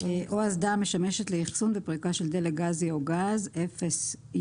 או אסדה המשמשת לאחסון ופריקה של דלק או גז (FSU,